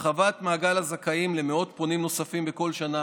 הרחבת מעגל הזכאים למאות פונים נוספים בכל שנה